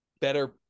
better